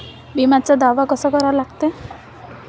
बिम्याचा दावा कसा करा लागते?